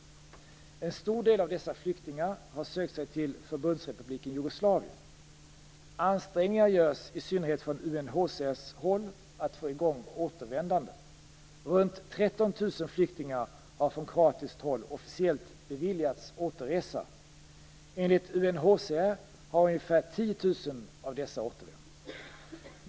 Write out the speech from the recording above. En stor del av dessa flyktingar har sökt sig till Förbundsrepubliken Jugoslavien. Ansträngningar görs i synnerhet från UNHCR:s håll för att man skall få i gång återvändandet. Runt 13 000 flyktingar har från kroatiskt håll officiellt beviljats återresa. Enligt UNHCR har ungefär 10 000 av dessa återvänt.